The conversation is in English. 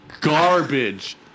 garbage